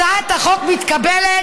הצעת החוק מתקבלת,